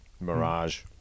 Mirage